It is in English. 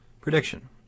Prediction